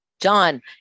John